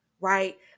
right